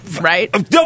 Right